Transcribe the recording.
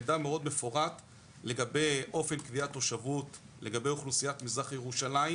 מידע מאוד מפורט לגבי אופן קביעת תושבות לגבי אוכלוסיית מזרח ירושלים,